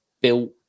built